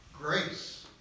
grace